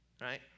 right